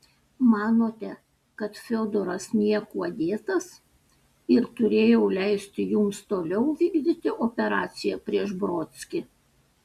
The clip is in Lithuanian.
manote kad fiodoras niekuo dėtas ir turėjau leisti jums toliau vykdyti operaciją prieš brodskį